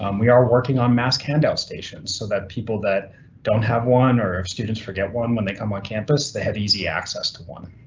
um we are working on mask handout stations so that people that don't have one or if students forget one, when they come on campus, they have easy access to one.